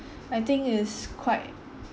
I think is quite